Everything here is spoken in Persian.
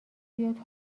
بیاد